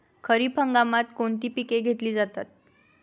खरीप हंगामात कोणती पिके घेतली जातात?